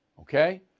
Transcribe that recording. Okay